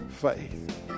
faith